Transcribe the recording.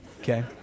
okay